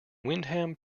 windham